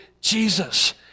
Jesus